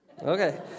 Okay